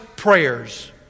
prayers